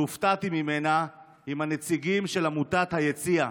שהופתעתי ממנה, עם הנציגים של עמותת היציע,